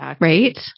right